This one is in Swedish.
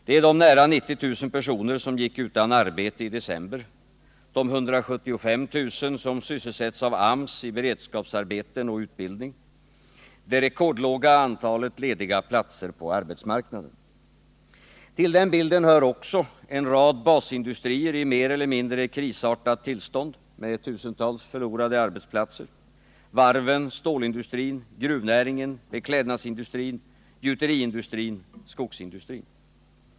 Det är de nära 90 000 personer som gick utan arbete i december, de 175 000 som sysselsätts av AMS i beredskapsarbeten och utbildning, det rekordlåga antalet lediga platser på arbetsmarknaden. Till den bilden hör också en rad basindustrier i mer eller mindre krisartat tillstånd, med tusentals förlorade arbetsplatser — varven, stålindustrin, gruvnäringen, beklädnadsindustrin, gjuteriindustrin, skogsindustrin.